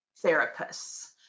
therapists